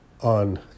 on